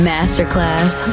Masterclass